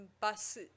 bus